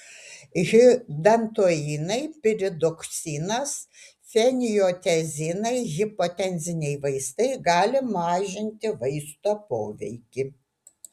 hidantoinai piridoksinas fenotiazinai hipotenziniai vaistai gali mažinti vaisto poveikį